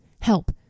Help